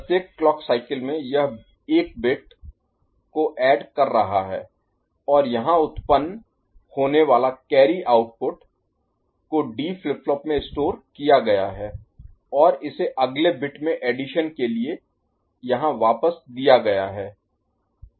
प्रत्येक क्लॉक चक्र में यह एक बिट को ऐड कर रहा है और यहां उत्पन्न होने वाला कैरी आउटपुट को डी फ्लिप फ्लॉप में स्टोर Store संग्रहीत किया गया है और इसे अगले बिट में एडिशन के लिए यहां वापस दिया गया है